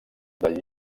del